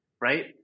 right